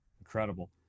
Incredible